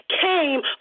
came